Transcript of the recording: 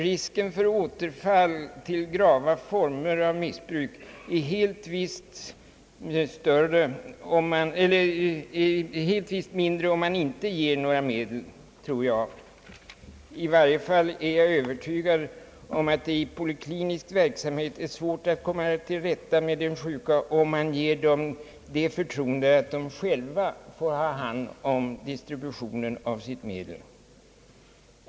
Risken för återfall till grava former av missbruk är helt visst mindre om man inte ger några medel, tror jag. I varje fall är jag övertygad om att det i poliklinisk verksamhet är svårt att komma till rätta med de sjuka om man ger dem det förtroende att de själva får ha hand om distributionen av sitt medel.